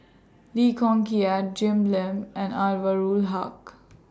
Lee Kong Kiat Jim Lim and Anwarul Haque